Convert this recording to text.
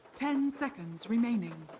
ten seconds remaining.